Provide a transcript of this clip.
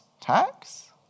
tax